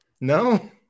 No